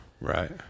Right